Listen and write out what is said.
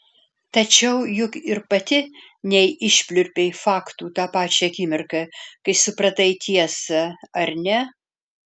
tačiau juk ir pati neišpliurpei faktų tą pačią akimirką kai supratai tiesą ar ne